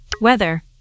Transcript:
weather